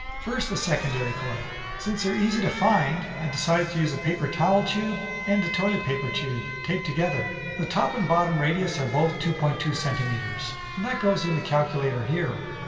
first, the secondary coil. since they're easy to find, i decided to use a paper towel tube and a toilet paper tube taped together. the top and bottom radius are both two point two centimeters, and that goes in the calculator here.